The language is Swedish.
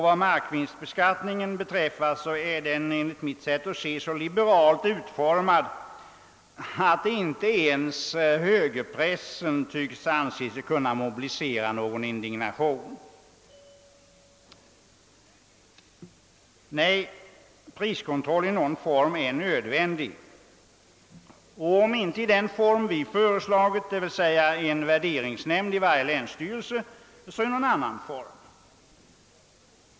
Vad markvinstbeskattningen beträffar är den enligt mitt sätt att se så liberalt utformad, att inte ens högerpressen anser sig kunna mobilisera någon indignation. Nej, priskontroll i någon form är nödvändig, om inte i den form vi har föreslagit — en värderingsnämnd i varje länsstyrelse — så i någon annan.